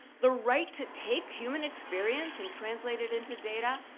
the right to take human experience and translate it into data,